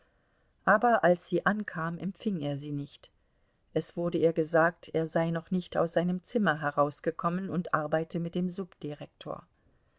aber als sie ankam empfing er sie nicht es wurde ihr gesagt er sei noch nicht aus seinem zimmer herausgekommen und arbeite mit dem subdirektor